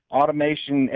automation